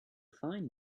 fine